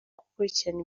gukurikirana